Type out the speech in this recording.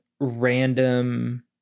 random